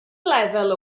lefel